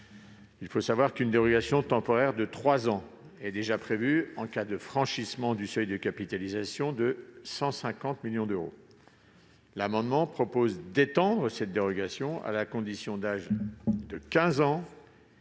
Il faut savoir qu'une dérogation temporaire de trois ans est déjà prévue en cas de franchissement du seuil de capitalisation de 150 millions d'euros. L'amendement prévoit d'étendre cette dérogation aux conditions de détention